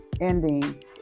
ending